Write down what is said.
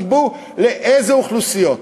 תקבעו לאיזה אוכלוסיות,